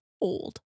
old